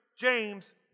James